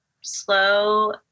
slow